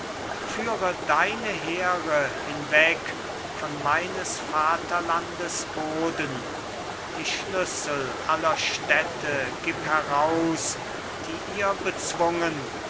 führe deine heere hinweg von meines vaterlandes boden die schlüssel aller städte gib heraus die ihr bezwungen